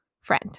friend